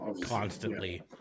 constantly